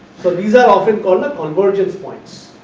so, these are often called the conversions points.